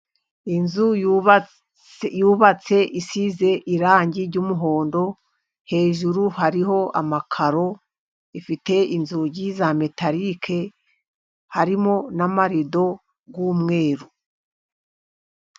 Inzu yubatse isize irangi ry'umuhondo, hejuru hariho amakaro ifite inzugi za metalike, harimo n'amarido y'umweru.